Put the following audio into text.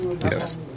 Yes